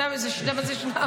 אתה יודע מה זה שנ"ב?